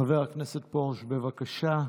חבר הכנסת פרוש, בבקשה.